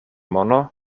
mono